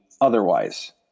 otherwise